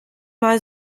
mal